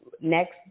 Next